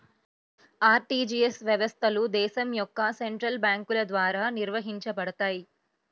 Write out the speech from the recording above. RTGS వ్యవస్థలు దేశం యొక్క సెంట్రల్ బ్యేంకుల ద్వారా నిర్వహించబడతయ్